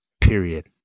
period